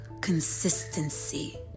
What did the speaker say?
consistency